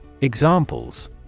Examples